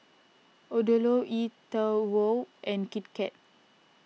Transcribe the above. Odlo E twow and Kit Kat